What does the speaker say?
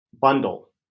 bundle